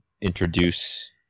introduce